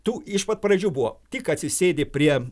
tu iš pat pradžių buvo tik atsisėdi prie